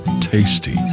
tasty